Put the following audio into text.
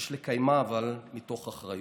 שיש לקיימה, אבל מתוך אחריות.